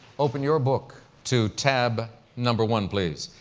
open your book to tab number one, please,